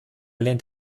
lehnt